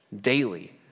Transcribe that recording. daily